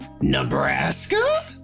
Nebraska